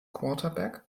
quarterback